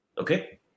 Okay